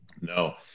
no